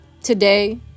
today